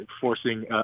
forcing